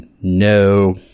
no